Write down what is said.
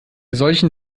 solchen